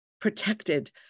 protected